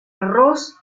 arroz